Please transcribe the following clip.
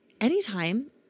anytime